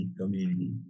community